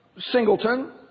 Singleton